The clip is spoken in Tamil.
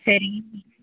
சரி